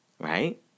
right